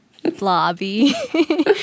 Blobby